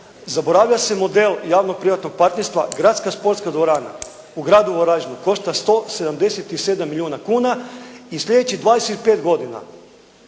Zaboravlja se model javno-privatnog partnerstva. Gradska sportska dvorana u gradu Varaždinu košta 177 milijuna kuna i slijedećih 25 godina